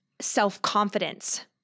self-confidence